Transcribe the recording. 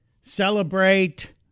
Celebrate